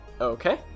Okay